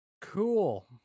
cool